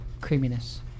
Creaminess